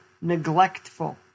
neglectful